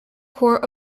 court